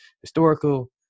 historical